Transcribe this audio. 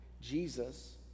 Jesus